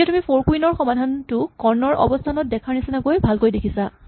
এতিয়া তুমি four queen ৰ সমাধানটো কৰ্ণৰ অৱস্হানত দেখাৰ নিচিনাকৈ ভালকৈ দেখিছা